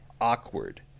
awkward